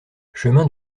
chemin